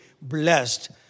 blessed